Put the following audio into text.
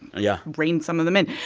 yeah. reign some of them in.